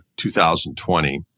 2020